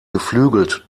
geflügelt